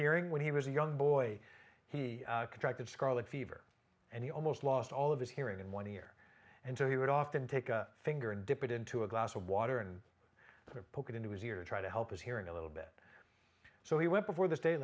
hearing when he was a young boy he contracted scarlet fever and he almost lost all of that hearing in one ear and so he would often take a finger and dip it into a glass of water and poke it into his ear try to help his hearing a little bit so he went before the state